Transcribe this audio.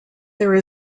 there